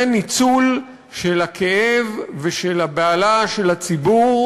זה ניצול של הכאב ושל הבהלה של הציבור